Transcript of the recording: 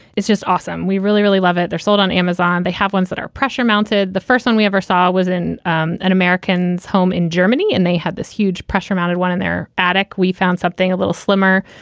it's just awesome. we really, really love it. they're sold on amazon. they have ones that are pressure mounted the first one we ever saw was in an american's home in germany. and they had this huge pressure mounted one in their attic. we found something a little slimmer.